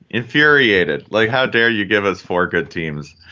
infuriated, like, how dare you give us four good teams.